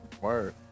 word